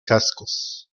cascos